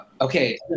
okay